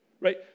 Right